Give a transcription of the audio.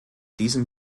diesem